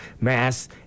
Mass